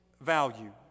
value